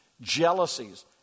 Jealousies